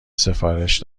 سفارش